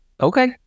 Okay